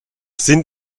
sind